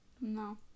No